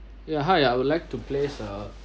yeah hi I would like to place a